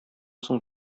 соң